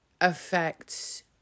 affects